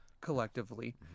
collectively